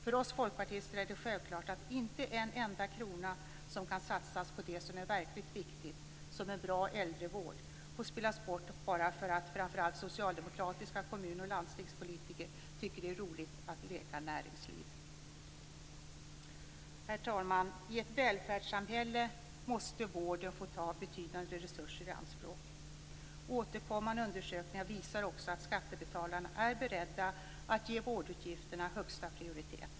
För oss folkpartister är det självklart att inte en enda krona som kan satsas på det som är verkligt viktigt, som en bra äldrevård, får spillas bort bara för att framför allt socialdemokratiska kommun och landstingspolitiker tycker att det är roligt att leka näringsliv. Herr talman! I ett välfärdssamhälle måste vården få ta betydande resurser i anspråk. Återkommande undersökningar visar också att skattebetalarna är beredda att ge vårdutgifterna högsta prioritet.